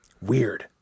Weird